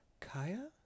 kaya